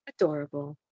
Adorable